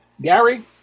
Gary